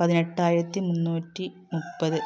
പതിനെട്ടായിരത്തിമുന്നൂറ്റി മുപ്പത്